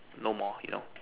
no more you know